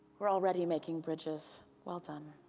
we're already making bridges. well done.